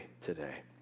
today